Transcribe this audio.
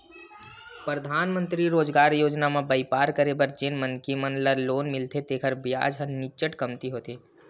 परधानमंतरी रोजगार योजना म बइपार करे बर जेन मनखे मन ल लोन मिलथे तेखर बियाज ह नीचट कमती होथे